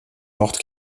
mortes